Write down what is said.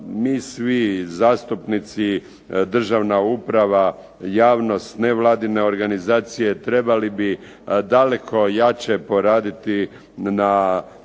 Mi svi zastupnici državna uprava, javnost, nevladine organizacije trebali bi daleko jače poraditi na